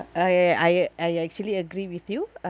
I I I actually agree with you